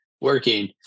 working